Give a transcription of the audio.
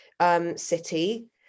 city